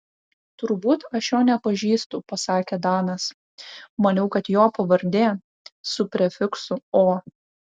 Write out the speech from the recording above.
turbūt aš jo nepažįstu pasakė danas maniau kad jo pavardė su prefiksu o